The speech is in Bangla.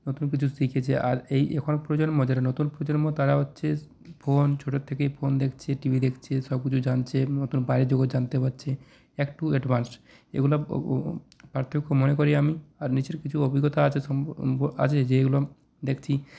নতুন কিছু শিখেছে আর এই এখন প্রজন্ম যারা নতুন প্রজন্ম তারা হচ্ছে ফোন ছোটো থেকেই ফোন দেখছে টিভি দেখছে সবকিছু জানছে বাইরের জগৎ জানতে পাচ্ছে একটু অ্যাডভান্স এগুলো পার্থক্য মনে করি আমি আর নিজেরও কিছু অভিজ্ঞতা আছে আছে যেগুলো দেখছি